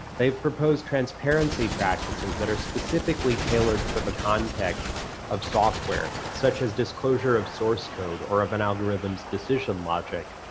they've proposed transparency practices that are specifically tailored for the context of software, such as disclosure of source code or of an algorithm's decision logic.